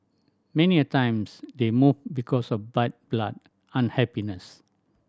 many a times they move because of bad blood unhappiness